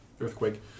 earthquake